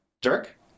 Dirk